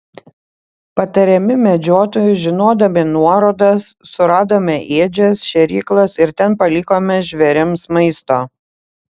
patariami medžiotojų žinodami nuorodas suradome ėdžias šėryklas ir ten palikome žvėrims maisto